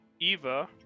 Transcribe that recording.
Eva